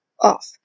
off